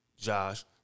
Josh